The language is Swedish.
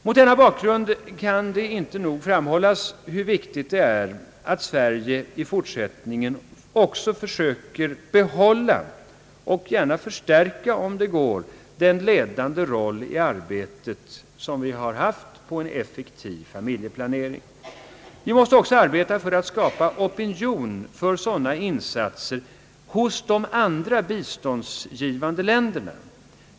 Mot denna bakgrund kan man inte nog framhålla hur viktigt det är att Sverige också i fortsättningen försöker behålla och om möjligt gärna förstärka den ledande roll vi haft i arbetet på en effektiv familjeplanering. Vi måste också arbeta för att skapa opinion för sådana insatser från de andra biståndsgivande länderna.